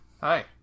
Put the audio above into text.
Hi